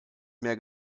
mehr